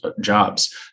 jobs